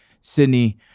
Sydney